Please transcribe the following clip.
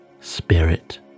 Spirit